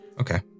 Okay